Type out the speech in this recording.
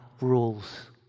rules